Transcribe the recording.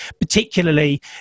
particularly